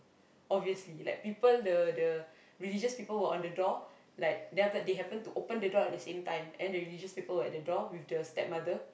obviously like people the the religious people were on the door like then after that they happen to open the door at the same time then the religious people were on the door with the stepmother